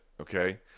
okay